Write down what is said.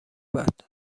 بعد